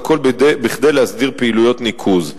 והכול כדי להסדיר פעילויות ניקוז.